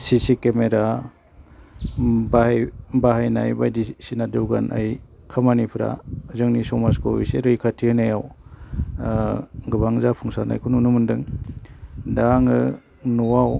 सिसि camera बाहायनाय बायदिसिना जौगानाय खामानिफ्रा जोंनि समाजखौ एसे रैखाथि होनायाव गोबां जाफुंसारनायखौ नुनो मोन्दों दा आङो न'आव